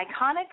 iconic